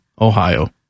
Ohio